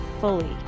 fully